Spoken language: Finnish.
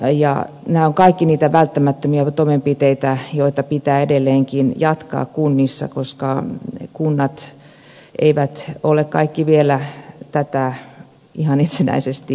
nämä ovat kaikki niitä välttämättömiä toimenpiteitä joita pitää edelleenkin jatkaa kunnissa koska kunnat eivät ole kaikki vielä tätä ihan itsenäisesti tehneet